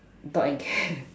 dog and cat